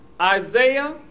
Isaiah